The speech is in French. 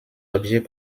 objets